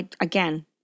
Again